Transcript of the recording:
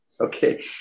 Okay